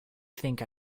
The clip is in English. think